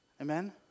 Amen